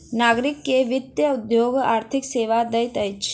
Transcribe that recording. नागरिक के वित्तीय उद्योग आर्थिक सेवा दैत अछि